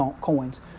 coins